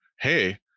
Hey